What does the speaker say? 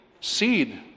seed